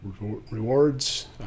rewards